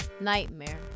nightmare